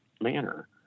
manner